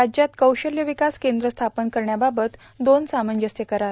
राज्यात कौशल्स विकास केंद्र स्थापन करण्याबाबत दोन सामंजस्य करार